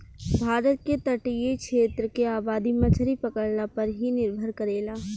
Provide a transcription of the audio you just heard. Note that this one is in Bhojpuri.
भारत के तटीय क्षेत्र के आबादी मछरी पकड़ला पर ही निर्भर करेला